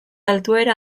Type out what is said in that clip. altuera